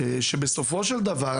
בסופו של דבר,